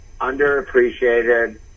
underappreciated